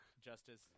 justice